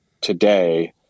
today